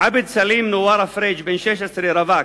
עבד סלים פריג', בן 16, רווק,